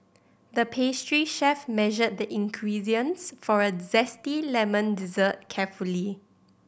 the pastry chef measured the ingredients for a zesty lemon dessert carefully